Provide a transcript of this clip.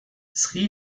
sri